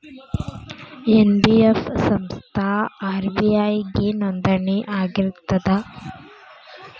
NBF ಸಂಸ್ಥಾ RBI ಗೆ ನೋಂದಣಿ ಆಗಿರ್ತದಾ?